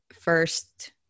first